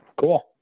Cool